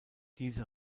diese